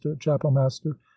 chapelmaster